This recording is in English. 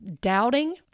doubting